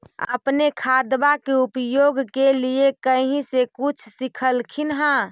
अपने खादबा के उपयोग के लीये कही से कुछ सिखलखिन हाँ?